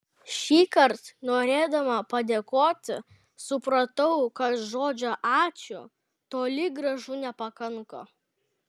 šįkart norėdama padėkoti supratau kad žodžio ačiū toli gražu nepakanka